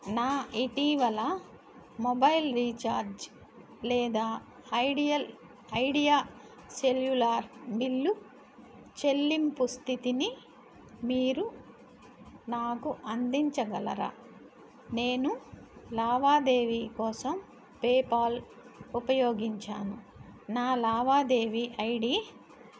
నా ఇటీవల mobile recharge లేదా ఐడియల్ ఐడియా సెల్యులార్ బిల్లు చెల్లింపు స్థితిని మీరు నాకు అందించగలరా నేను లావాదేవీ కోసం పేపాల్ ఉపయోగించాను నా లావాదేవీ ఐడి